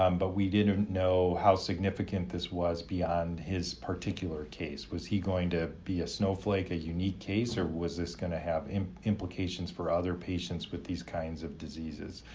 um but we didn't didn't know how significant this was beyond his particular case. was he going to be a snowflake, a unique case or was this gonna have implications for other patients with these kinds of diseases?